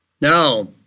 Now